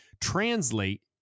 translate